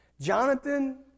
Jonathan